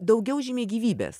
daugiau žymiai gyvybės